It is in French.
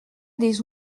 des